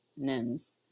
Nims